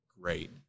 great